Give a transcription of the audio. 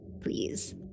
please